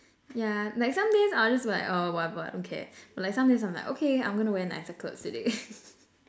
yeah like some days I'll just like oh whatever I don't care but like some days I'm like okay I'm gonna wear nicer clothes today